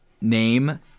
name